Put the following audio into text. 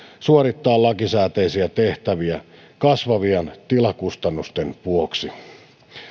suorittaa lakisääteisiä tehtäviä kasvavien tilakustannusten vuoksi